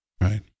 Right